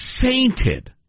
sainted